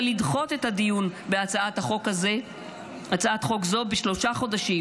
לדחות את הדיון בהצעת חוק זו בשלושה חודשים,